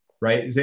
right